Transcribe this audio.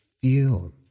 feel